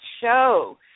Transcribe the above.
show